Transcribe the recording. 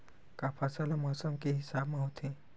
का फसल ह मौसम के हिसाब म होथे?